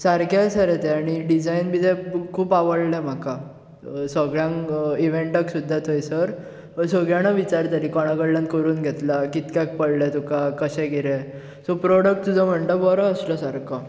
सारकें आसा रे तें आनी डिजायन बिजायन खूब आवडले म्हाका सगळ्यांक इवेंटाक सुद्दां थंयसर सगळीं जाणां विचारतालीं कोणा कडल्यान करून घेतला कितक्याक पडला तुका कशें कितें सो प्रोडक्ट तुजो म्हणटा बरो आसलो सारको